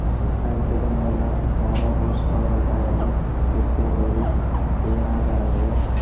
అవిసె గింజల్ల సానా పోషకాలుంటాయని సెప్పె బదులు తేరాదా రంగయ్య